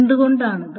എന്തുകൊണ്ടാണത്